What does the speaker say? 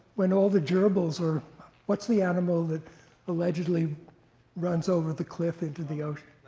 when all the gerbils are what's the animal that allegedly runs over the cliff into the ocean?